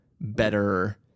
better